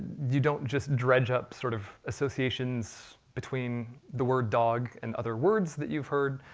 you don't just dredge up sort of associations between the word dog and other words that you've heard.